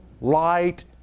light